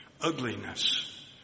ugliness